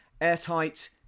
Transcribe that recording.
Airtight